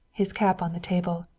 his cap on the table,